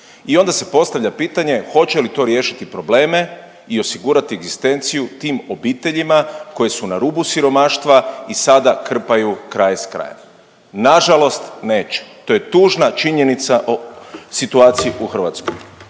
I onda se postavlja pitanje hoće li to riješiti probleme i osigurati egzistenciju tim obiteljima koje su na rubu siromaštva i sada krpaju kraj s krajem. Nažalost neće, to je tužna činjenica o situaciji u Hrvatskoj.